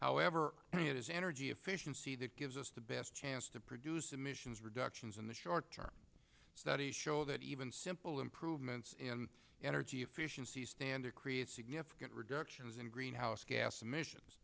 however it is energy efficiency that gives us the best chance to produce emissions reductions in the short term studies show that even simple improvements in energy efficiency standards create significant reductions in greenhouse gas emissions